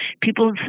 people